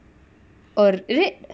oh is it